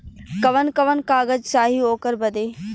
कवन कवन कागज चाही ओकर बदे?